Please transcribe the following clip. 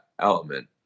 element